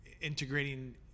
integrating